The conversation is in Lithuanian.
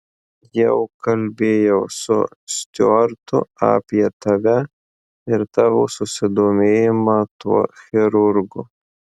jau kalbėjau su stiuartu apie tave ir tavo susidomėjimą tuo chirurgu